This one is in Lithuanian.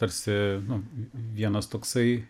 tarsi nu vienas toksai